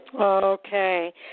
Okay